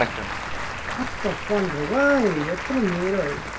and but the former why the merely